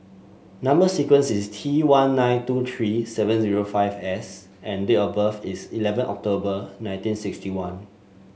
number sequence is T one nine two three seven zero five S and date of birth is eleven October nineteen sixty one